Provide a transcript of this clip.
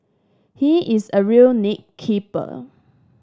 he is a real nit keeper